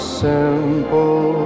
simple